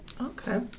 Okay